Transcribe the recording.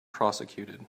prosecuted